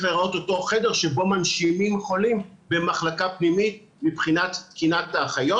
להיראות אותו חדר שבו מנשימים חולים במחלקה פנימית מבחינת תקינת האחיות.